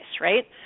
right